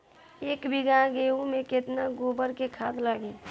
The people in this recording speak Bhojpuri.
एक बीगहा गेहूं में केतना गोबर के खाद लागेला?